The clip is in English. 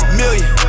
million